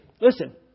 listen